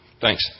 Thanks